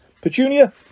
Petunia